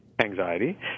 anxiety